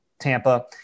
Tampa